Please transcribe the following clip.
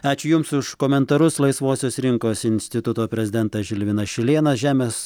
ačiū jums už komentarus laisvosios rinkos instituto prezidentas žilvinas šilėnas žemės